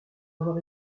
avoir